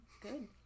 good